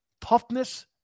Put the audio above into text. Toughness